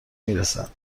میرسد